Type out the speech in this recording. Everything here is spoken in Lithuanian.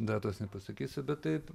datos nepasakysiu bet taip